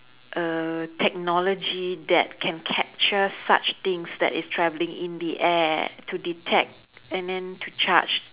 err technology that can capture such things that is traveling in the air to detect and then to charge